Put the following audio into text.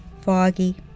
foggy